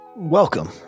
Welcome